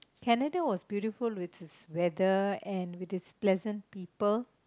Canada was beautiful with its weather and with its pleasant people